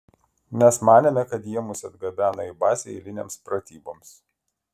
mes manėme kad jie mus atgabeno į bazę eilinėms pratyboms